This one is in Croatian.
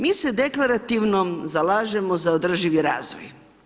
Mi se deklarativno zalažemo za održivi razvoj.